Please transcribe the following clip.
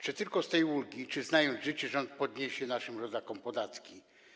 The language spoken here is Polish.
Czy tylko z tej ulgi, czy znając życie, rząd podniesie naszym rodakom podatki?